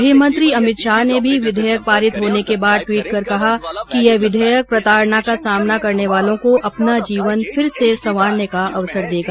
गृहमंत्री अमित शाह ने भी विधेयक पारित होने के बाद टवीट कर कहा कि यह विधेयक प्रताडना का सामना करने वालों को अपना जीवन फिर से संवारने का अवसर देगा